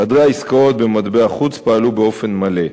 חדרי העסקאות במטבע החוץ פעלו באופן מלא.